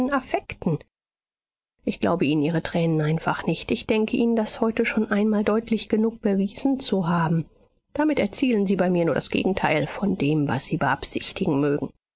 ich glaube ihnen ihre tränen einfach nicht ich denke ihnen das heute schon einmal deutlich genug bewiesen zu haben damit erzielen sie bei mir nur das gegenteil von dem was sie beabsichtigen mögen